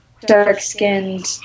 dark-skinned